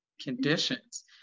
conditions